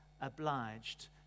obliged